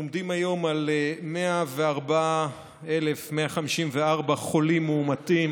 אנחנו עומדים היום על 154,000 חולים מאומתים